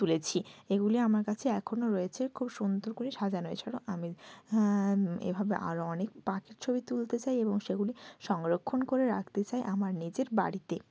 তুলেছি এগুলি আমার কাছে এখনও রয়েছে খুব সুন্দর করে সাজানো হয়েছিল আমি এভাবে আরও অনেক পাখির ছবি তুলতে চাই এবং সেগুলি সংরক্ষণ করে রাখতে চাই আমার নিজের বাড়িতে